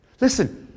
Listen